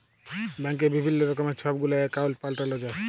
ব্যাংকে বিভিল্ল্য রকমের ছব গুলা একাউল্ট পাল্টাল যায়